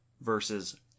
versus